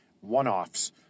one-offs